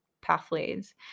pathways